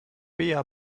bea